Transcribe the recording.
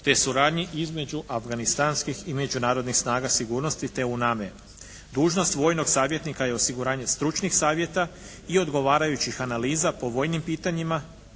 te suradnji između afganistanskih i međunarodnih snaga sigurnosti te UNAME. Dužnost vojnog savjetnika je osiguranje stručnih savjeta i odgovarajućih analiza po vojnim pitanjima